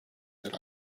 that